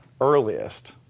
earliest